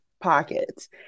pockets